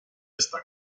esta